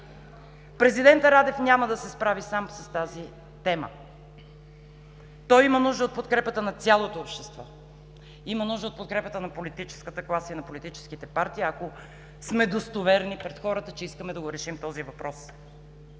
Президентът Радев няма да се справи сам с тази тема. Той има нужда от подкрепата на цялото общество. Има нужда от подкрепата на политическата класа и на политическите партии, ако сме достоверни пред хората, че искаме да режим този въпрос.